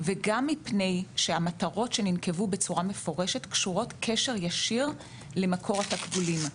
וגם מפני שהמטרות שננקבו בצורה מפורשת קשורות קשר ישיר למקור התקבולים.